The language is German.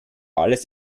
alles